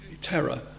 terror